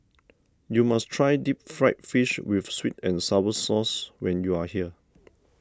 you must try Deep Fried Fish with Sweet and Sour Sauce when you are here